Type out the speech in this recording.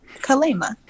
Kalema